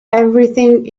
everything